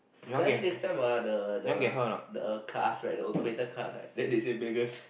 sekali next time ah the the the cast right the automated cast right then they say Megan